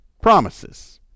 promises